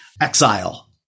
Exile